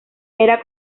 era